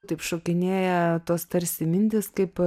taip šokinėja tos tarsi mintys kaip